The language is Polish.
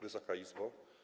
Wysoka Izbo!